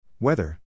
Weather